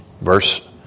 Verse